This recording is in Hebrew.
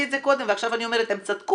את זה קודם ועכשיו אני אומרת שהם צדקו,